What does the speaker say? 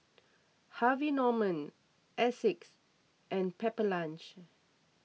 Harvey Norman Asics and Pepper Lunch